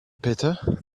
peter